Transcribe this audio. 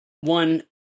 One